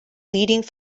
leading